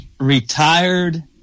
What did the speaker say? Retired